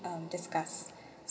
um discuss